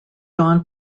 dawn